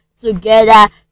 together